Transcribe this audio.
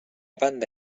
banda